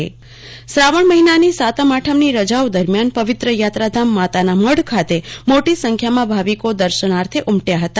કલ્પના શાહ્ માતાના મઢ શ્રાવણ મહિનાની સાતમ આઠમની રજાઓ દરમિયાન પવિત્ર થાત્રાધામ માતાના મઢ ખાતે મોટી સંખ્યામાં ભાવિકો દર્શનાર્થે ઉમટ્યા હતા